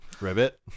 Ribbit